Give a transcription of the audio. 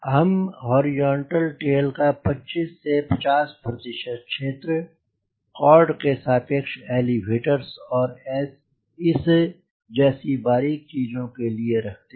हम horizontal tail का 25 से 50 प्रतिशत क्षेत्र कॉर्ड के सापेक्ष एलिवेटर्स और इस जैसी बारीक़ चीजों के लिए रखते हैं